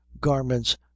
garments